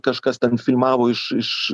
kažkas ten filmavo iš iš